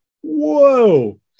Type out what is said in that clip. Whoa